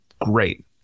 great